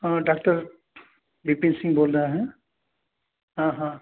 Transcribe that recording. हाँ डाक्टर विपिन सिंग बोल रहे हैं हाँ हाँ